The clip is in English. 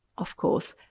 of course,